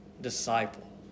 disciple